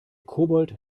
kobold